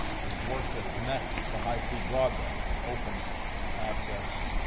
we've worked to connect to high-speed broadband and open access